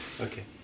Okay